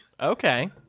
Okay